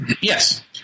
Yes